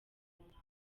muhango